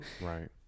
Right